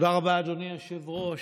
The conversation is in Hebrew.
תודה רבה, אדוני היושב-ראש.